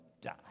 die